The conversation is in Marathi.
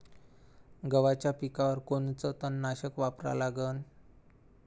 गव्हाच्या पिकावर कोनचं तननाशक वापरा लागन?